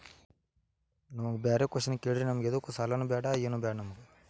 ರಾಸಾಯನಿಕ ಗೊಬ್ಬರ ತಗೊಳ್ಳಿಕ್ಕೆ ಸಾಲ ಕೊಡ್ತೇರಲ್ರೇ?